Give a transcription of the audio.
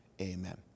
amen